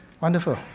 Wonderful